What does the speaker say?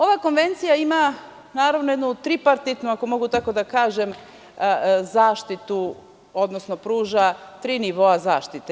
Ova konvencija ima jednu tripartitnu, ako mogu tako da kažem, zaštitu odnosno pruža tri nivoa zaštite.